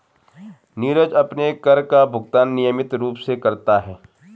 नीरज अपने कर का भुगतान नियमित रूप से करता है